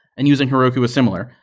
and using heroku is similar.